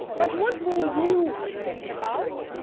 but what will you think about?